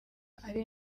ari